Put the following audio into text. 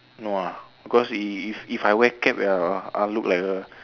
no ah because if if if I wear cap ya I'll look like a